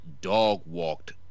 dog-walked